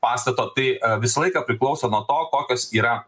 pastato tai visą laiką priklauso nuo to kokios yra